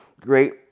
great